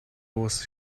was